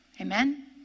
Amen